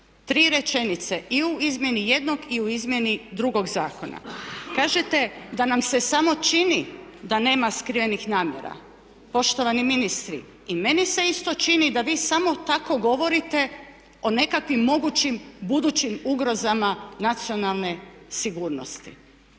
Tri rečenice i u izmjeni jednog i u izmjeni drugog zakona. Kažete da nam se samo čini da nema skrivenih namjera. Poštovani ministri i meni se isto čini da vi samo tako govorite o nekakvim mogućim budućim ugrozama nacionalne sigurnosti.